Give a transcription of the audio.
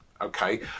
Okay